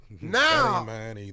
Now